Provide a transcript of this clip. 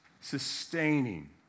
sustaining